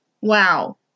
wow